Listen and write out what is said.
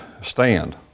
stand